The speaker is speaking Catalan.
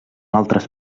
altres